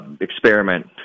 experiment